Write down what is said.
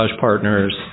partners